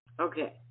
Okay